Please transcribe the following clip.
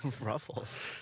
Ruffles